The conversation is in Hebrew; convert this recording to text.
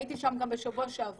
הייתי שם גם בשבוע שעבר.